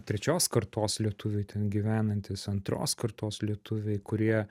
trečios kartos lietuviai ten gyvenantys antros kartos lietuviai kurie